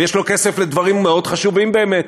ויש לו כסף לדברים מאוד חשובים באמת,